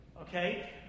okay